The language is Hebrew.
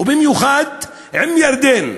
ובמיוחד עם ירדן,